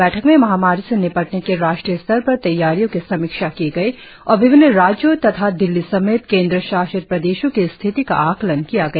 बैठक में महामारी से निपटने की राष्ट्रीय स्तर पर तैयारियों की समीक्षा की गई और विभिन्न राज्यों तथा दिल्ली समेत केंद्र शासित प्रदेशों की स्थिति का आकलन किया गया